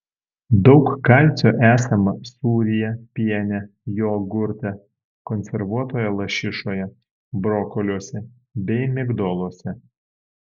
daug kalcio esama sūryje piene jogurte konservuotoje lašišoje brokoliuose bei migdoluose